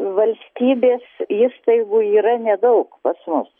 valstybės įstaigų yra nedaug pas mus